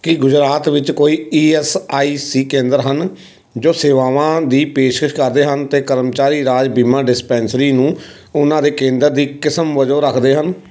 ਕੀ ਗੁਜਰਾਤ ਵਿੱਚ ਕੋਈ E S I C ਕੇਂਦਰ ਹਨ ਜੋ ਸੇਵਾਵਾਂ ਦੀ ਪੇਸ਼ਕਸ਼ ਕਰਦੇ ਹਨ ਅਤੇ ਕਰਮਚਾਰੀ ਰਾਜ ਬੀਮਾ ਡਿਸਪੈਂਸਰੀ ਨੂੰ ਉਹਨਾਂ ਦੇ ਕੇਂਦਰ ਦੀ ਕਿਸਮ ਵਜੋਂ ਰੱਖਦੇ ਹਨ